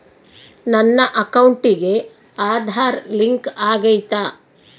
ನನ್ನ ಅಕೌಂಟಿಗೆ ಆಧಾರ್ ಲಿಂಕ್ ಆಗೈತಾ?